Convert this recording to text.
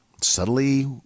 subtly